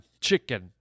chicken